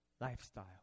lifestyle